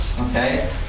Okay